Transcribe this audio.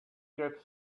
get